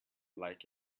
like